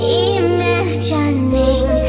imagining